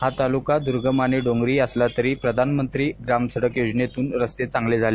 हा तालुका दुर्गम आणि डोंगरी असला तरी प्रधानमत्री ग्रामसडक योजनेतून रस्ते चांगले झाले